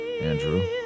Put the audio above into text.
Andrew